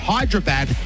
Hyderabad